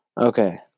Okay